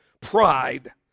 Pride